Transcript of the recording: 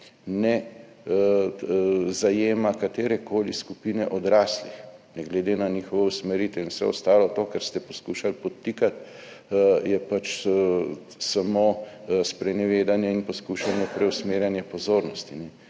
ne zajema katerekoli skupine odraslih, ne glede na njihovo usmeritev. In vse ostalo, to, kar ste poskušali podtikati, je pač samo sprenevedanje in poskušanje preusmerjanja pozornosti.